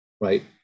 right